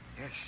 Yes